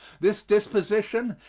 this disposition,